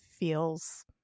feels